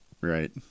Right